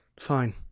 Fine